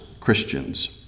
Christians